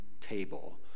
table